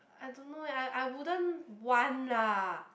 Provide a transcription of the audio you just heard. I don't know leh I I wouldn't want lah